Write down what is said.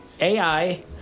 AI